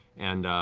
and